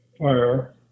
fire